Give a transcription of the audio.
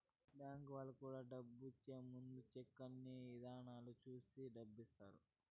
bank వాళ్ళు కూడా డబ్బు ఇచ్చే ముందు సెక్కు అన్ని ఇధాల చూసి డబ్బు ఇత్తారు